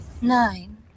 nine